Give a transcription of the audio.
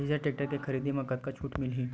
Eicher tractor के खरीदी म कतका छूट मिलही?